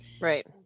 Right